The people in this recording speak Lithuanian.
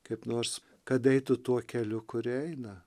kaip nors kad eitų tuo keliu kuriuo eina